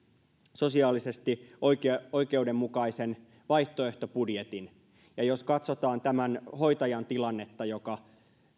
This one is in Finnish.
sosiaalisesti oikeudenmukaisen vaihtoehtobudjetin jos katsotaan sellaisen hoitajan tilannetta joka